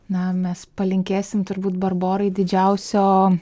na mes palinkėsim turbūt barborai didžiausio